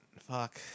fuck